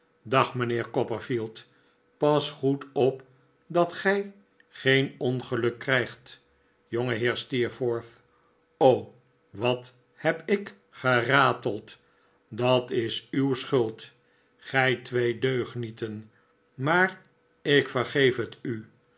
dag mijnheer copperfield pas goed op dat gij geen ongeluk krijgt jongeheer steerforth o wat heb ik gerateld dat is uw schuld gij twee deugnieten maar ik vergeef het u